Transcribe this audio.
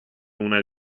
una